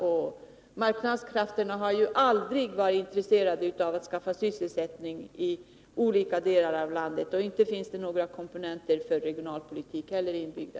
Och marknadskrafterna har ju aldrig varit intresserade av att skaffa sysselsättning i olika delar av landet, och inte finns det heller några komponenter för regionalpolitik inbyggda.